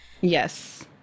Yes